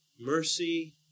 mercy